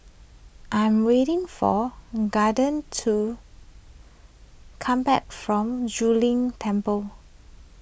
I'm waiting for Kaden to come back from Zu Lin Temple